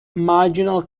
marginal